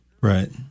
Right